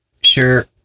Sure